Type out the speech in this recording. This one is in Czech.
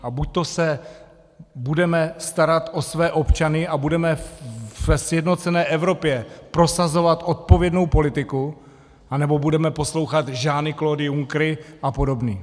A buď se budeme starat o své občany a budeme ve sjednocené Evropě prosazovat odpovědnou politiku, anebo budeme poslouchat JeanyClaudey Junckery a podobné.